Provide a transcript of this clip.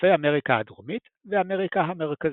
וחופי אמריקה הדרומית ואמריקה המרכזית.